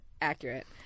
accurate